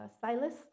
Silas